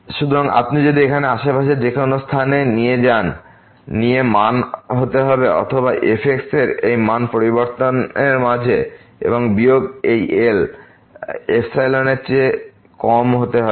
সুতরাং আপনি যদি এখন আশেপাশে যে কোনো স্থানে নিয়ে মান হতে হবে অথবা f এর এই মান পরিবর্তনের মাঝে এবং বিয়োগ এই L এর চেয়ে কম হতে হবে